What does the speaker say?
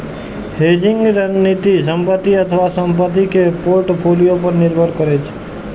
hedging रणनीति संपत्ति अथवा संपत्ति के पोर्टफोलियो पर निर्भर करै छै